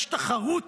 יש תחרות